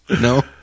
No